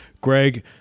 Greg